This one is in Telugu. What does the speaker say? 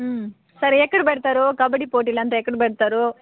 సరే ఎక్కడ పెడతారు కబడ్డీ పోటీలంటే ఎక్కడ పెడతారు